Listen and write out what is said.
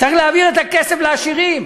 צריך להעביר את הכסף מהעשירים.